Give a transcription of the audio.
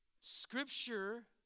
Scripture